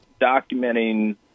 documenting